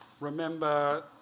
remember